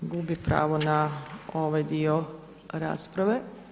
Gubi pravo na ovaj dio rasprave.